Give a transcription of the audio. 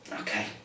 Okay